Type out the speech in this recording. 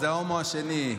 זה ההומו השני.